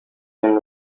ibintu